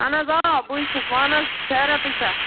اہن حظ آ بٕے چھُس ون حظ خیرتٕے چھَ